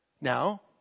Now